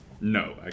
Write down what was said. No